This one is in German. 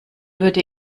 würde